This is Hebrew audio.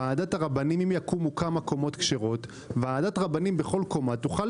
אם יקומו כמה קומות כשרות ועדת הרבנים בכל קומה תוכל